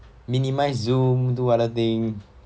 minimize zoom do other thing